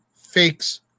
fakes